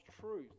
truth